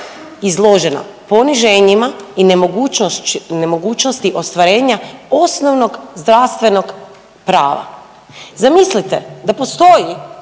izložena poniženjima i nemogućnosti ostvarenja osnovnog zdravstvenog prava. Zamislite da postoje